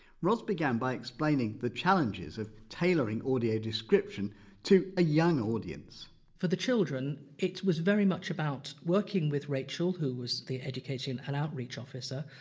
roz began by explaining the challenges of tailoring audio-description to a young audience for the children it was very much about working with rachel, who was the education and outreach officer,